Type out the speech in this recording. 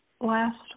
Last